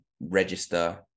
register